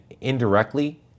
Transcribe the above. indirectly